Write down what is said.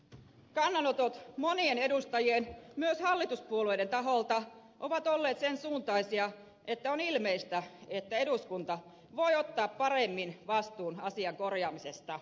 kannanotot monien edustajien myös hallituspuolueiden taholta ovat olleet sen suuntaisia että on ilmeistä että eduskunta voi ottaa paremmin vastuun asian korjaamisesta